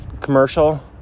commercial